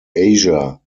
asia